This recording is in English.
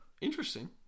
Interesting